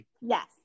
Yes